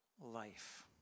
life